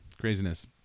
craziness